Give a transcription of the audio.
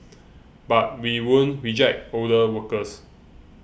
but we won't reject older workers